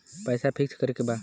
पैसा पिक्स करके बा?